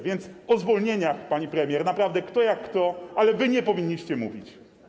Więc o zwolnieniach, pani premier, naprawdę, kto jak kto, ale wy nie powinniście mówić.